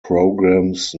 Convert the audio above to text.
programs